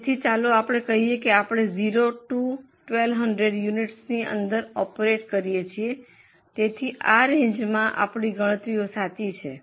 તેથી ચાલો આપણે કહીએ કે આપણે 0 થી 1200 યુનિટસની અંદર ઓપરેટ કરીએ છીએ તેથી આ રેન્જમાં આપણી ગણતરીઓ સાચી છે